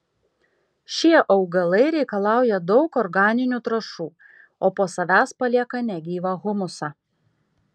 šie augalai reikalauja daug organinių trąšų o po savęs palieka negyvą humusą